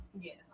yes